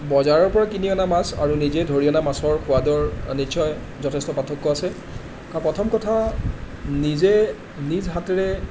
বজাৰৰপৰা কিনি অনা মাছ আৰু নিজে ধৰি অনা মাছৰ সোৱাদৰ নিশ্চয় যথেষ্ট পাৰ্থক্য আছে প্ৰথম কথা নিজে নিজ হাতেৰে